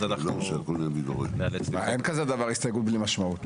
אז אנחנו ניאלץ ל --- אין כזה דבר הסתייגות בלי משמעות,